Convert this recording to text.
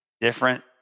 different